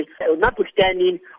notwithstanding